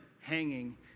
hanging